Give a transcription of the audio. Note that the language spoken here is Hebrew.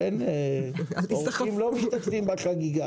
אבל האורחים לש משתתפים בחגיגה,